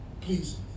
please